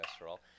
cholesterol